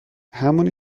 همونی